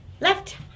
Left